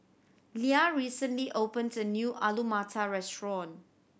Lia recently opened a new Alu Matar Restaurant